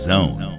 Zone